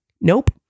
nope